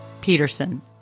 Peterson